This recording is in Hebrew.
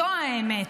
זו האמת.